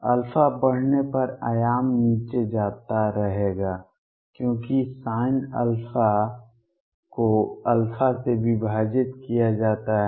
α बढ़ने पर आयाम नीचे जाता रहेगा क्योंकि Sinα को α से विभाजित किया जाता है